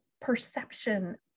perception